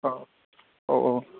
अ औ औ